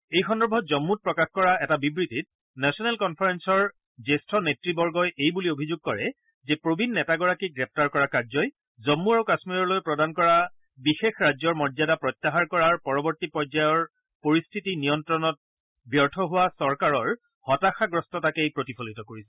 এই সন্দৰ্ভত জম্মুত প্ৰকাশ কৰা এটা বিবৃতিত নেচনেল কনফাৰেলৰ জ্যেষ্ঠ নেত়বগই এইবুলি অভিযোগ কৰে যে প্ৰবীণ নেতাগৰাকীক গ্ৰেপ্তাৰ কৰা কাৰ্যই জম্মু আৰু কামীৰলৈ প্ৰদান কৰা বিশেষ ৰাজ্যৰ মৰ্যাদা প্ৰত্যাহাৰ কৰাৰ পৰৱৰ্তী পৰ্যায়ৰ পৰিস্থিতি নিয়ন্ত্ৰণত ব্যৰ্থ হোৱা চৰকাৰৰ হতাশাগ্ৰস্ততাকেই প্ৰতিফলিত কৰিছে